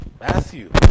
Matthew